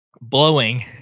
Blowing